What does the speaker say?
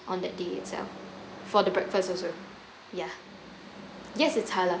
on that day itself for the breakfast also yeah yes it's halal